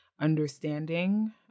understanding